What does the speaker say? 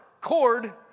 cord